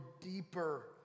deeper